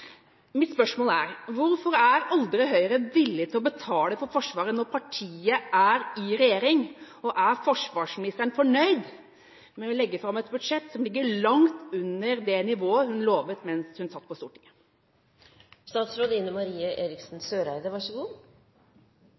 Mitt spørsmål er: Hvorfor er aldri Høyre villig til å betale for Forsvaret når partiet er i regjering, og er forsvarsministeren fornøyd med å legge fram et budsjett som ligger langt under det nivået hun lovet mens hun satt på